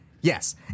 yes